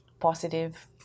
positive